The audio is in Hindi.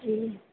जी